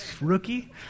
rookie